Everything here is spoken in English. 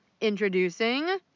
introducing